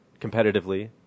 competitively